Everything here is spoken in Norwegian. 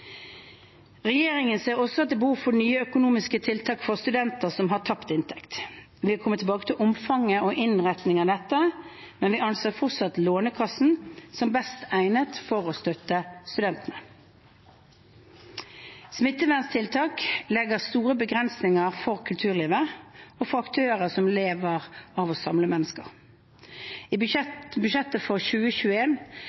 Regjeringen ser også at det er behov for nye økonomiske tiltak for studenter som har tapt inntekt. Vi vil komme tilbake til omfanget og innretningen av dette, men vi anser fortsatt Lånekassen som best egnet til å støtte studentene. Smitteverntiltakene legger store begrensninger for kulturlivet og for aktører som lever av å samle mennesker. I